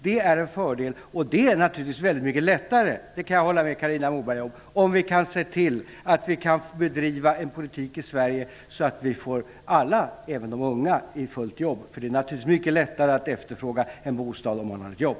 Det är en fördel, och det är naturligtvis mycket lättare - det kan jag hålla med Carina Moberg om - om vi ser till att vi kan bedriva en politik i Sverige så att vi kan få alla, även de unga, i fullt jobb. Det är naturligtvis mycket lättare att efterfråga en bostad om man har jobb.